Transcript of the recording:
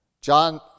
John